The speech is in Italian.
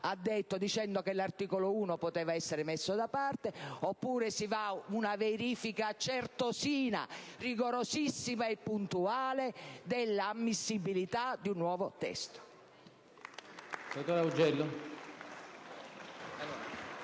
ha detto, affermando che l'articolo 1 poteva essere messo da parte) oppure si va ad una verifica certosina, rigorosissima e puntuale dell'ammissibilità di un nuovo testo.